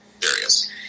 serious